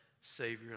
Savior